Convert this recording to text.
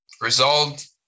resolved